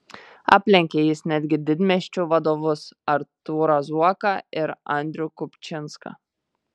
aplenkė jis netgi didmiesčių vadovus artūrą zuoką ir andrių kupčinską